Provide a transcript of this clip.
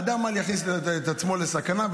אדם אל יכניס את עצמו לסכנה,